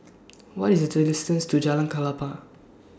What IS The to Jalan Klapa